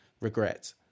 regret